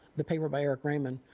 the paper by eric raymond,